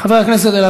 הכול טוב